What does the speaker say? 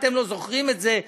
אתם לא זוכרים את זה,